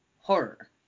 horror